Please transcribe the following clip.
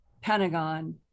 pentagon